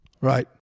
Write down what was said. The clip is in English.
Right